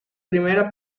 primera